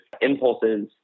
impulses